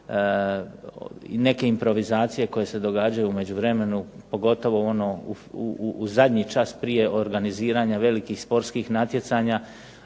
Neke improvizacije koje se događaju u međuvremenu pogotovo ono u zadnji čas prije organiziranja velikih sportskih natjecanja